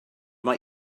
mae